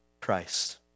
Christ